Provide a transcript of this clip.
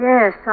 Yes